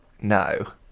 no